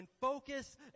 focus